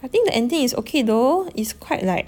I think the ending is okay though is quite like